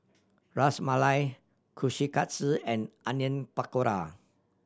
Ras Malai Kushikatsu and Onion Pakora